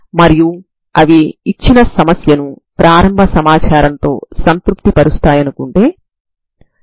కాబట్టి ఇక్కడ ప్రారంభ సమాచారం మాత్రమే వేరుగా ఉంటుంది